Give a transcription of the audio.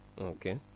Okay